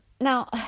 Now